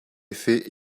effets